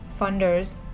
funders